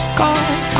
god